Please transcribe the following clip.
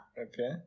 Okay